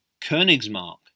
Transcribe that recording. Königsmark